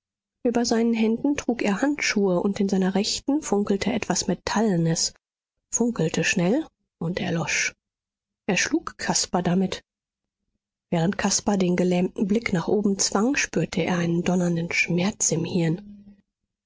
über seinen händen trug er handschuhe und in seiner rechten funkelte etwas metallenes funkelte schnell und erlosch er schlug caspar damit während caspar den gelähmten blick nach oben zwang spürte er einen donnernden schmerz im hirn